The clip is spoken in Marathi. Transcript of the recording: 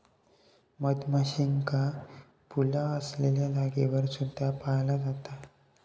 मधमाशींका फुला असलेल्या जागेवर सुद्धा पाळला जाता